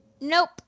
Nope